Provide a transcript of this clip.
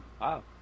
Wow